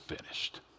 finished